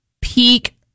peak